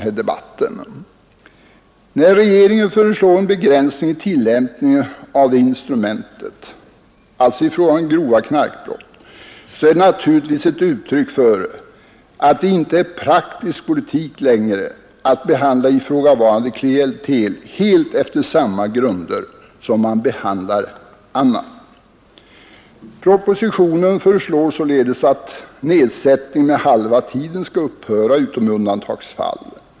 När regeringen i fråga om grova knarkbrott föreslår en begränsning i användandet av detta instrument, så är det naturligtvis därför att det inte längre är praktisk politik att behandla ifrågavarande klientel helt efter samma grunder som andra. I propositionen föreslås således att nedsättning med halva tiden skall upphöra utom i undantagsfall.